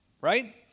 right